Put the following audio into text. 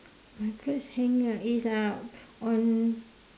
my clothes hanger it's uh on